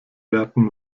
werden